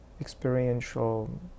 experiential